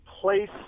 place